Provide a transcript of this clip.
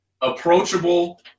approachable –